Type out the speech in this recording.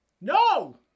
No